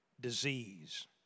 disease